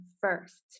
first